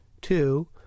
Two